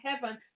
heaven